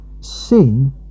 sin